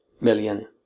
million